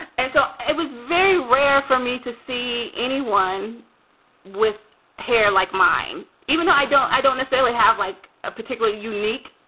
and so it was very rare for me to see anyone with hair like mine, even though i don't i don't necessarily have, like, a particularly unique,